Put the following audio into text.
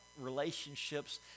relationships